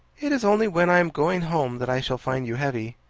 it is only when i am going home that i shall find you heavy.